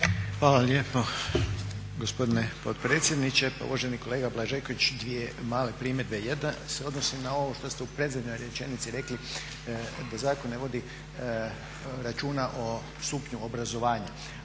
Hvala lijepo gospodine potpredsjedniče. Uvaženi kolega Blažeković dvije male primjedbe. Jedna se odnosi na ovo što ste u predzadnjoj rečenici rekli, da zakon ne vodi računa o stupnju obrazovanja.